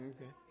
Okay